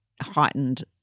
heightened